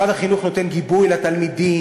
משרד החינוך נותן גיבוי לתלמידים,